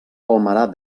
palmerar